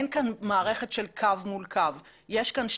אין כאן מערכת של קו מול קו.